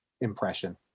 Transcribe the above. impression